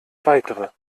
weitere